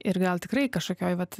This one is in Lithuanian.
ir gal tikrai kažkokioj vat